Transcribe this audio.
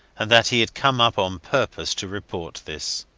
and that he had come up on purpose to report this.